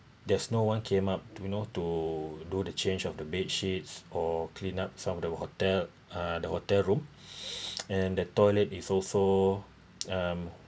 there's no one came up to you know to do the change of the bed sheets or clean up some of the hotel uh the hotel room and the toilet is also um